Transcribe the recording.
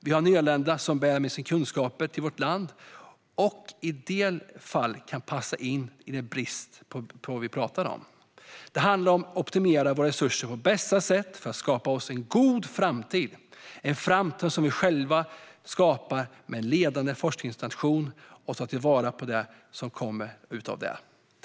Vi har nyanlända som bär med sig kunskaper till vårt land som i en del fall kan passa in i det som vi har brist på. Det handlar om att optimera våra resurser på bästa sätt för att skapa oss en god framtid, en framtid som vi själva skapar med en ledande forskningsnation där vi kan ta till vara på det som kommer ut av det.